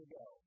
go